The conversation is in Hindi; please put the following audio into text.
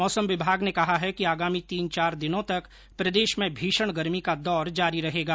मौसम विभाग ने कहा है कि आगामी तीन चार दिनों तक प्रदेश में भीषण गर्मी कॉ दौर जारी रहेगा